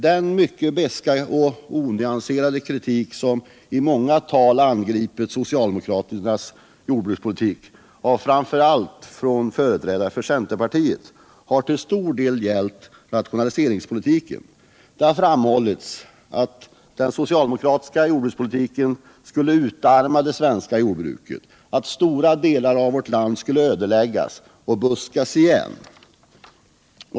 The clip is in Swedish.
Den mycket beska och onyanserade kritik som i många tal framförts mot den socialdemokratiska jordbrukspolitiken av framför allt företrädare för centerpartiet har till stor del gällt rationaliseringspolitiken. Där har framhållits att den socialdemokratiska jordbrukspolitiken skulle utarma det svenska jordbruket, att stora delar av vårt land skulle ödeläggas och buskas igen.